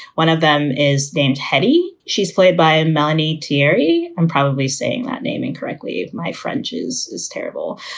one of them is named hetty. she's played by amani terry. i'm probably saying that name and correctly. my frenches is terrible.